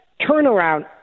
turnaround